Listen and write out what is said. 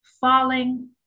falling